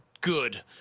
good